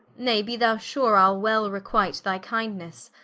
nay, be thou sure, ile well requite thy kindnesse.